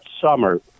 summer